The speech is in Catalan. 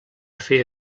feia